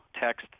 text